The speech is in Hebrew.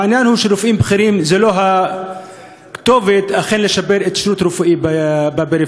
העניין הוא שרופאים בכירים זה לא הכתובת לשיפור השירות הרפואי בפריפריה,